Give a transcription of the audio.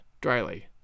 dryly